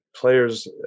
players